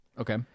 Okay